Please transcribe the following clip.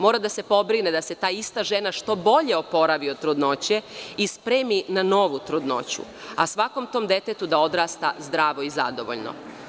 Mora da se pobrine da se ta ista žena što bolje oporavi od trudnoće i spremi na novu trudnoću, a svakom tom detetu da odrasta zdravo i zadovoljno.